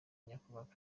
nyakubahwa